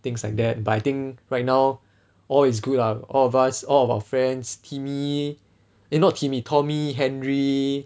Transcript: things like that but I think right now all is good ah all of us all of our friends timmy eh not timmy tommy henry